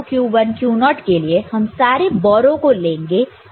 q3 q2 q1 q0 के लिए हम सारे बोरो को लेंगे जो कि 1 0 0 1 है